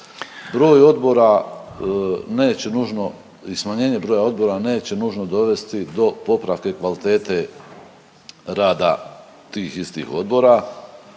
neće nužno i smanjenje broja odbora neće nužno dovesti do popravka i kvalitete rada tih istih odbora,